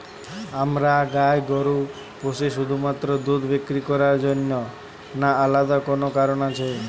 আমরা গাই গরু পুষি শুধুমাত্র দুধ বিক্রি করার জন্য না আলাদা কোনো কারণ আছে?